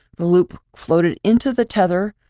the loop floated into the tether,